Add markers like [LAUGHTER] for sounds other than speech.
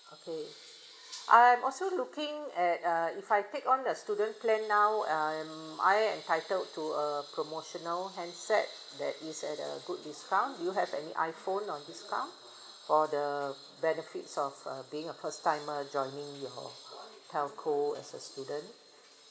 okay [BREATH] I am also looking at uh if I take on the student plan now I am I am entitled to a promotion handset that is at a good discount do you have any iphone on discount [BREATH] for the benefits of uh being a first timer joining your telco as a student